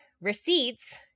receipts